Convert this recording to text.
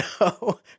no